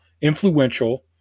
influential